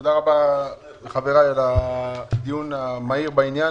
תודה רבה לחבריי לדיון המהיר בעניין